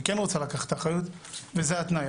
היא כן רוצה לקחת אחריות וזה התנאי.